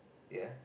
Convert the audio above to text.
ya